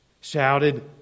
shouted